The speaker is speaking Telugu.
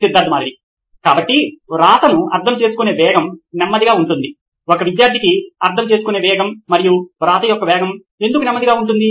సిద్ధార్థ్ మాతురి CEO నోయిన్ ఎలక్ట్రానిక్స్ కాబట్టి వ్రాతను అర్థం చేసుకునే వేగం నెమ్మదిగా ఉంటుంది ఒక విద్యార్థికి అర్థం చేసుకునే వేగం మరియు వ్రాత యొక్క వేగం ఎందుకు నెమ్మదిగా ఉంటుంది